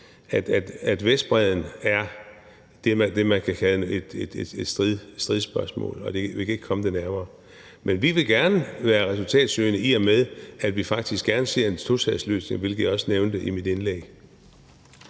man kan kalde et stridsspørgsmål, og vi kan ikke komme det nærmere. Men vi vil gerne være resultatsøgende, i og med at vi faktisk gerne ser en tostatsløsning, hvilket jeg også nævnte i mit indlæg.